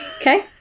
Okay